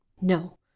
No